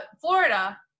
Florida